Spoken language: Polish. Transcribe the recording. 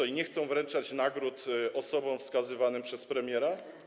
I nie chcą wręczać nagród osobom wskazywanym przez premiera?